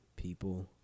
People